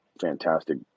fantastic